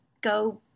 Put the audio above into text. go